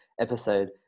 episode